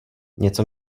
něco